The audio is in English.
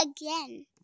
again